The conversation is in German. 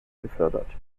gefördert